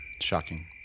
Shocking